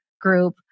group